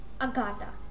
Agatha